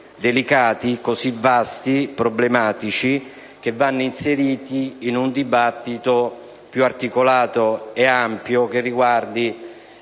delicati, così vasti e problematici, che vanno inseriti in un dibattito più articolato e ampio, che riguardi